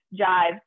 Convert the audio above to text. jive